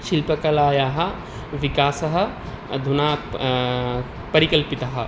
शिल्पकलायाः विकासः अधुना प परिकल्पितः